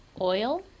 Oil